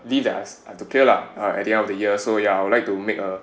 leave that I have to clear lah uh at the end of the year so ya I would like to make a